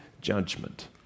judgment